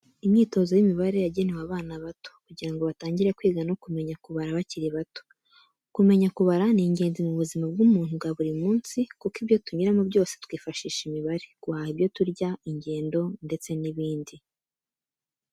Imyitozo y'imibare yagenewe abana bato, kugira ngo batangire kwiga no kumenya kubara bakiri bato. Kumenya kubara ni ingenzi mu buzima bw'umuntu bwa buri munsi, kuko ibyo tunyuramo byose twifashisha imibare, guhaha ibyo turya, ingendo ndetse n'ibindi.